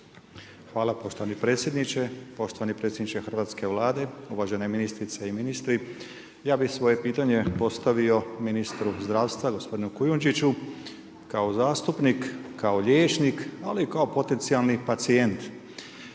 Hvala poštovani predsjedniče, poštovani predsjedniče hrvatske Vlade, uvažene ministrice i ministri. Ja bih svoje pitanje postavio ministru zdravstva gospodinu Kujundžiću, kao zastupnik, kao liječnik, ali i kao potencijalni pacijent.